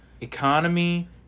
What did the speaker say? economy